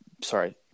Sorry